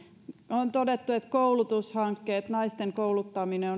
on todettu että koulutushankkeet ja naisten kouluttaminen